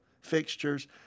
fixtures